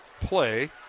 play